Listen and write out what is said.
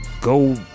go